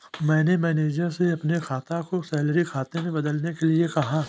मैंने मैनेजर से अपने खाता को सैलरी खाता में बदलने के लिए कहा